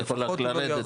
זה יכול רק לרדת,